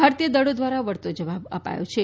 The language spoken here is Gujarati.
ભારતીય દળો દ્વારા વળતો જવાબ અપાયો હતો